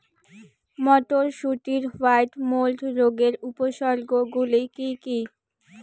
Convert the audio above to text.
মটরশুটির white mould রোগের উপসর্গগুলি কী কী?